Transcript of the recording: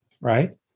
Right